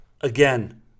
again